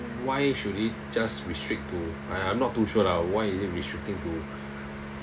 why should it just restrict to I I'm not too sure lah why is it restricting to